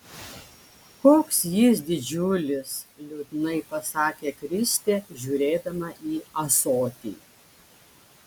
koks jis didžiulis liūdnai pasakė kristė žiūrėdama į ąsotį